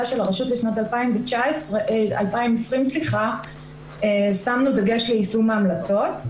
של הרשות לשנת 2020 שמנו דגש ליישום ההמלצות,